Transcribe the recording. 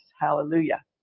hallelujah